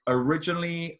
originally